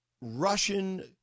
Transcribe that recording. Russian